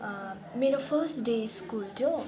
मेरो first day school थियो